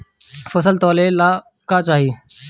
फसल तौले ला का चाही?